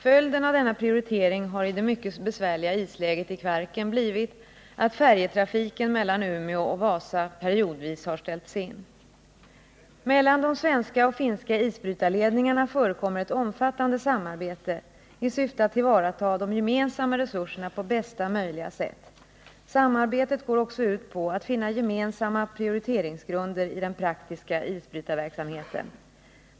Följden av denna prioritering har i det mycket besvärliga isläget i Kvarken blivit att färjetrafiken mellan Umeå och Vasa periodvis har ställts in. Mellan de svenska och finska isbrytarledningarna förekommer ett omfattande samarbete i syfte att tillvarata de gemensamma resurserna på bästa möjliga sätt. Samarbetet går också ut på att finna gemensamma prioriteringsgrunder i den praktiska isbrytarverksamheten.